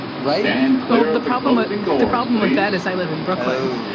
right well, the problem. but the problem with that is i live in brooklyn.